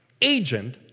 agent